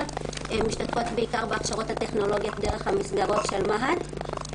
משתתפת בהכשרות הטכנולוגיות בעיקר דרך המסגרות של מה"ט.